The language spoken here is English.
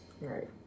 Right